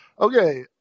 Okay